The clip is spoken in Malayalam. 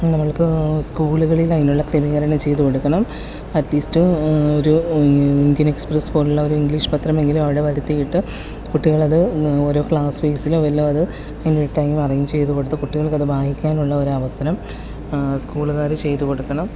നമ്മൾക്ക് സ്കൂളുകളിൽ അതിനുള്ള ക്രമീകരണം ചെയ്തുകൊടുക്കണം അറ്റ് ലീസ്റ്റ് ഒരു ഇന്ത്യൻ എക്സ്പ്രെസ്സ് പോലുള്ള ഒരു ഇംഗ്ലീഷ് പത്രം എങ്കിലും അവിടെ വരുത്തിയിട്ട് കുട്ടികൾ അത് ഓരോ ക്ലാസ്സ് ബെയിസിലോ വല്ലതും അത് എനിടൈം അറയ്ഞ്ച് ചെയ്തുകൊടുത്ത് കുട്ടികൾക്കത് വായിക്കാനുള്ള ഒരു അവസരം സ്കൂളുകാർ ചെയ്തുകൊടുക്കണം